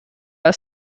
als